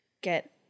get